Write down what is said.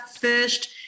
first